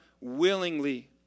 willingly